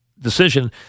Decision